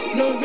no